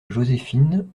joséphine